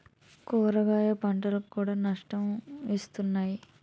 కూరగాయల పంటలు కూడా నష్టాన్ని ఇస్తున్నాయి